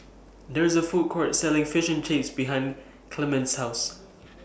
There IS A Food Court Selling Fish Chips behind Clemma's House